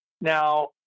Now